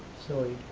sorry.